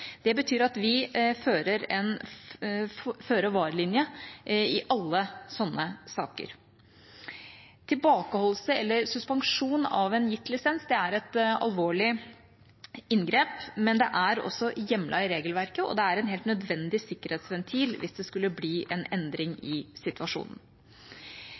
Det betyr at vi fører en føre-var-linje i alle sånne saker. Tilbakeholdelse eller suspensjon av en gitt lisens er et alvorlig inngrep, men det er også hjemlet i regelverket, og det er en helt nødvendig sikkerhetsventil hvis det skulle bli en endring i situasjonen.